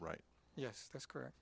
right yes that's correct